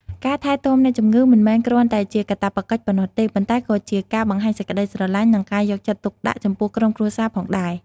ការថែទាំអ្នកជម្ងឺមិនមែនគ្រាន់តែជាកាតព្វកិច្ចប៉ុណ្ណោះទេ ប៉ុន្តែក៏ជាការបង្ហាញសេចក្ដីស្រឡាញ់ និងការយកចិត្តទុកដាក់ចំពោះក្រុមគ្រួសារផងដែរ។